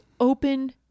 open